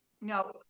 No